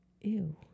Ew